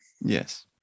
Yes